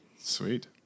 Sweet